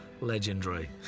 legendary